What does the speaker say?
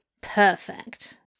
Perfect